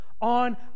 on